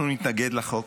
אנחנו נתנגד לחוק,